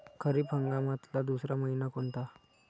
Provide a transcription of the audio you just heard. खरीप हंगामातला दुसरा मइना कोनता?